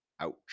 ouch